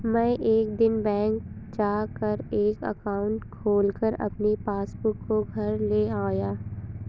मै एक दिन बैंक जा कर एक एकाउंट खोलकर अपनी पासबुक को घर ले आया